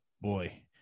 boy